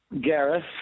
Gareth